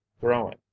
growing